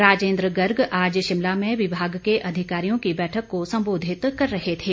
राजेन्द्र गर्ग आज शिमला में विभाग के अधिकारियों की बैठक को संबोधित कर रहे थे